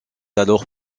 alors